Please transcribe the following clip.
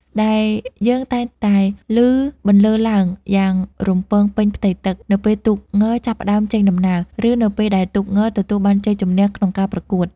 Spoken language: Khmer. ដែលយើងតែងតែឮបន្លឺឡើងយ៉ាងរំពងពេញផ្ទៃទឹក នៅពេលទូកងចាប់ផ្តើមចេញដំណើរ ឬនៅពេលដែលទូកងទទួលបានជ័យជំនះក្នុងការប្រកួត។